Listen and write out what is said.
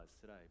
today